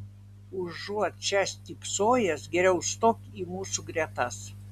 užuot čia stypsojęs geriau stok į mūsų gretas